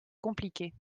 compliquées